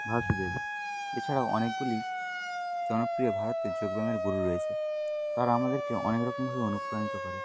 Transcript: ভাসুদেব এছাড়াও অনেকগুলি জনপ্রিয় ভারতের যোগব্যায়ামের গুরু রয়েছে তারা আমাদেরকে অনেক রকমভাবে অনুপ্রাণিত করে